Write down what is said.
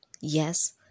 Yes